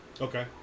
Okay